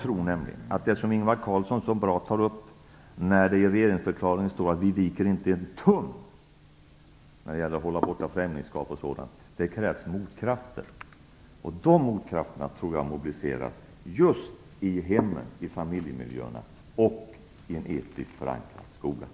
Ingvar Carlsson beskriver detta så bra där det i regeringsförklaringen heter att vi inte viker en tum när det gäller att hålla främlingskap och sådant borta. Det krävs motkrafter, och dessa tror jag mobiliseras hemmen, i familjemiljöerna och i en etisk förankring i skolan.